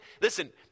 listen